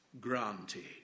granted